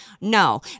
No